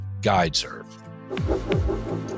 Guideserve